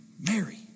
Mary